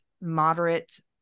moderate